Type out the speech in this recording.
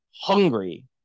hungry